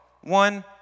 One